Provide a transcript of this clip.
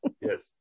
Yes